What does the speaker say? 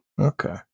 Okay